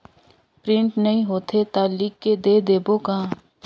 Print नइ होथे ता लिख के दे देबे का?